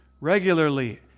regularly